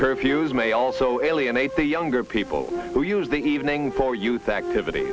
curfews may also alienate the younger people who use the evening for youth activit